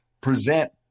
present